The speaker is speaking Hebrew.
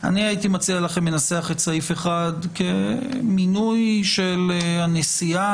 אני הייתי מנסח את סעיף (1) כמינוי של הנשיאה